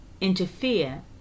interfere